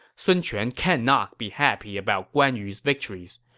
sun quan cannot be happy about guan yu's victories.